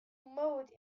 mode